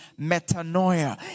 metanoia